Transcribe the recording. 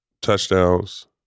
Touchdowns